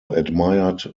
admired